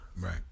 Right